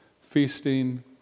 feasting